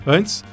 Antes